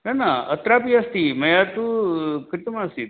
है ना अत्रापि अस्ति मया तु क्रीतमासीत्